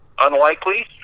Unlikely